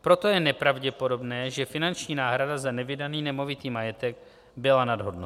Proto je nepravděpodobné, že finanční náhrada za nevydaný nemovitý majetek byla nadhodnocena.